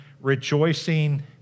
rejoicing